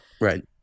Right